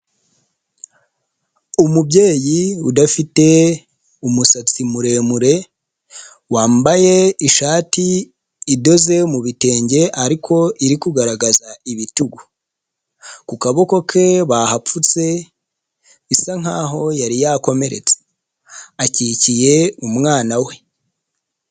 Umubyeyi udafite umusatsi muremure, wambaye ishati idoze mu bitenge ariko iri kugaragaza ibitugu, ku kaboko ke bahapfutse, bisa nk'aho yari yakomeretse, akikiye umwana we.